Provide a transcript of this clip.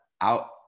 out